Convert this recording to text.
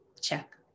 Check